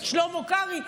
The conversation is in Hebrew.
את שלמה קרעי,